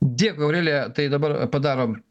dėkui aurelija tai dabar padarom